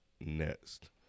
next